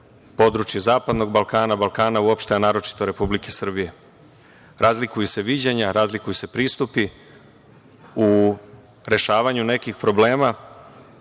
područje zapadnog Balkana, Balkana uopšte, a naročito Republike Srbije. Razlikuju se viđenja, razlikuju se pristupi u rešavanju nekih problema,